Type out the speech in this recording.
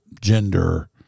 gender